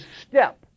step